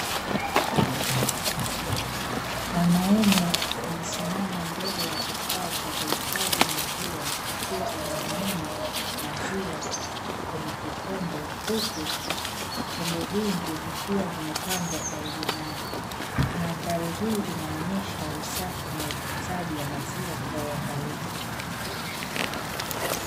Mwanaume amesimama mbele ya kifaa cha kuhifadhi maziwa akiwa anamimina, maziwa kwenye kikombe, huku vikombe vingi vikiwa vimepangwa karibu nae. Mandhari hii inaonesha usafi na utunzaji wa maziwa kwa uangalifu.